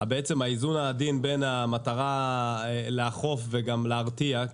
האיזון העדין בין מצד אחד המטרה לאכוף וגם להרתיע,